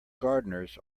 gardeners